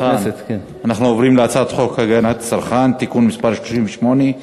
אנחנו עוברים להצעת חוק הגנת הצרכן (תיקון מס' 38)